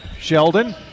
Sheldon